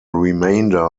remainder